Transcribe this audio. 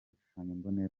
igishushanyombonera